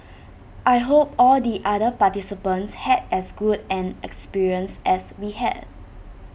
I hope all the other participants had as good an experience as we had